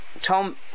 Tom